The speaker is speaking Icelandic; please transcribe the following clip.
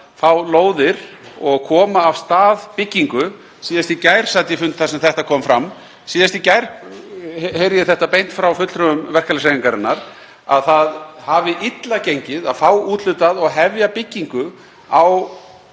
að fá lóðir og koma af stað byggingu. Síðast í gær sat ég fund þar sem þetta kom fram. Síðast í gær heyrði ég beint frá fulltrúum verkalýðshreyfingarinnar, að það hafi gengið illa að fá úthlutað og hefja byggingu á